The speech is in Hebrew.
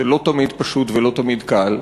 וזה לא תמיד פשוט ולא תמיד קל.